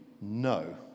no